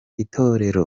itorero